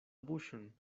buŝon